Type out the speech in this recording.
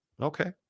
Okay